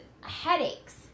headaches